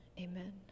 Amen